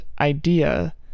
idea